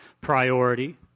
priority